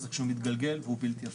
נזק שהוא מתגלגל והוא בלתי הפיך.